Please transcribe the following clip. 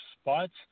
spots